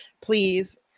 please